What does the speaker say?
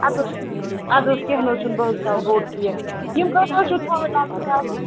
اَدٕ حظ اَدٕ حظ کیٚنٛہہ نہٕ حظ چھُنہٕ بہٕ حظ تھاوٕ بوٚڑ کیک یِم کٔژ حظ چھِو تھاوٕنۍ لَکٕٹۍ ڈَبہٕ